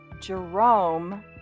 Jerome